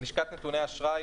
לשכת נתוני אשראי